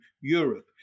Europe